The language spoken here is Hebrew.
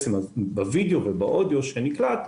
בווידאו ובאודיו שנקלט,